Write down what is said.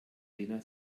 lena